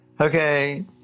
okay